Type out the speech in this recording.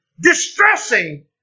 distressing